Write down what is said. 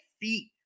feet